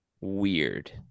weird